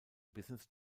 business